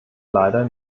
leider